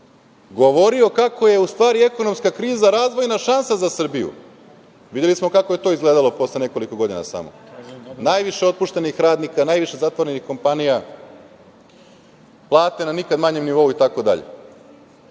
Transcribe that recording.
govorio kako je, u stvari, ekonomska kriza razvojna šansa za Srbiju. Videli smo kako je izgledalo posle nekoliko godina samo. Najviše otpuštenih radnika, najviše zatvorenih kompanija, plate na nikad manjem nivou itd. Nije